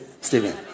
Stephen